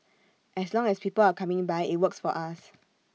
as long as people are coming by IT works for us